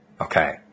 Okay